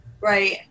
Right